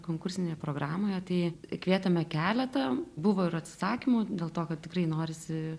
konkursinėje programoje tai kvietėme keletą buvo ir atsisakymų dėl to kad tikrai norisi